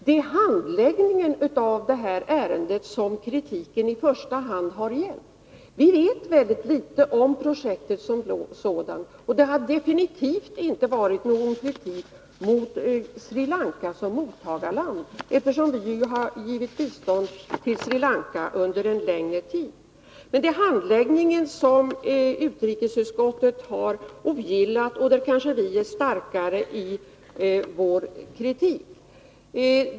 Det är handläggningen av det här ärendet som kritiken i första hand har gällt. Vi vet mycket litet om projektet som sådant. Det har definitivt inte varit någon kritik mot Sri Lanka som mottagarland, eftersom vi ju har givit bistånd till Sri Lanka under en längre tid. Men det är alltså handläggningen som utrikesutskottet har ogillat, och vi är kanske därvid starkare i vår kritik.